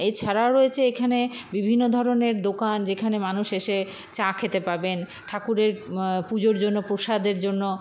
এছাড়াও রয়েছে এখানে বিভিন্ন ধরনের দোকান যেখানে মানুষ এসে চা খেতে পাবেন ঠাকুরের পুজোর জন্য প্রসাদের জন্য